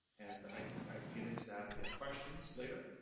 and i can i can get into that if you have questions later.